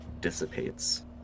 dissipates